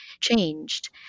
changed